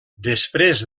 després